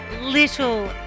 little